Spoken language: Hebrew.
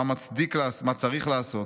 מה צריך לעשות?